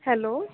hello